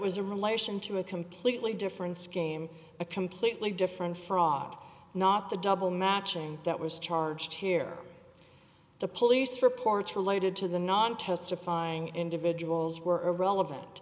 was in relation to a completely different scheme a completely different fraud not the double matching that was charge here the police reports related to the non testifying individuals were relevant